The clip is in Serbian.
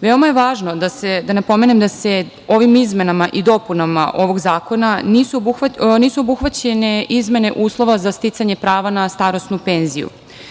Veoma je važno da napomenem da se ovim izmenama i dopunama ovog zakona nisu obuhvaćene izmene uslova za sticanje prava na starosnu penziju. Izmene